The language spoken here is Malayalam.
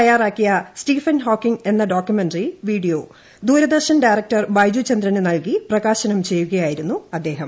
തയ്യാറാക്കിയ സ്റ്റീഫൻ ഹോക്കിംഗ് എന്ന documentary video Doordarshan director Baiju ചന്ദ്രന് നൽകി പ്രകാശനം ചെയ്യുകയായിരുന്നു അദ്ദേഹം